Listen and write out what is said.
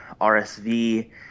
RSV